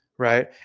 Right